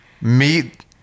meet